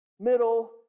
middle